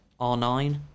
R9